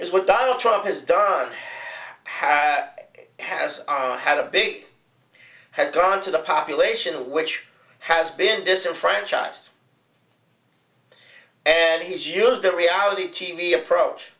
is what donald trump has done has has had a big has gone to the population which has been disenfranchised and he's used the reality t v approach